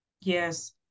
Yes